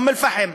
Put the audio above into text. אום אל-פחם,